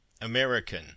American